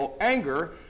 anger